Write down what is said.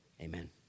amen